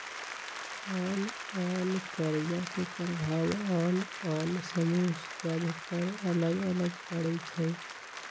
आन आन कर्जा के प्रभाव आन आन समूह सभ पर अलग अलग पड़ई छै